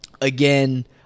again